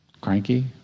cranky